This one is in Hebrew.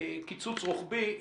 קיצוץ רוחבי,